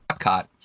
Epcot